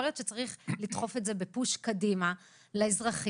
להיות שצריך לדחוף את זה בפוש קדימה לאזרחים,